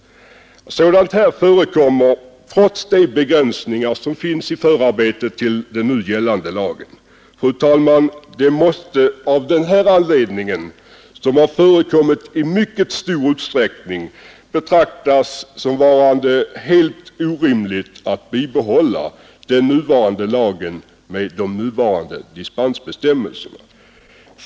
Sådant här förekommer trots de begränsningar som finns i förarbetet till den nu gällande lagen. Fru talman! Det måste med anledning av detta och liknande fall, som har förekommit i mycket stor utsträckning, betraktas som helt orimligt att bibehålla den nu gällande lagen med de nuvarande dispensbestämmelserna.